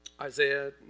Isaiah